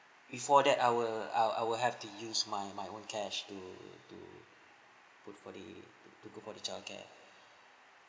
before that I will I I will have to use my my own cash to to put for the to go for the childcare